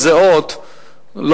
בוודאי.